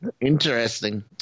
interesting